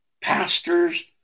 Pastors